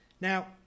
now